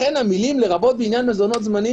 לכן המילים "לרבות בעניין מזונות זמניים",